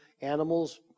animals